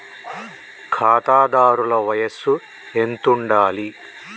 ఖాతాదారుల వయసు ఎంతుండాలి?